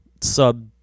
sub-